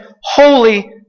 Holy